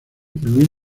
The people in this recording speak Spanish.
luis